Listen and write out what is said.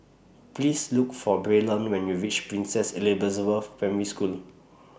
Please Look For Braylen when YOU REACH Princess Elizabeth Primary School